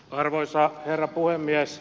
arvoisa herra puhemies